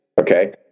Okay